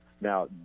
Now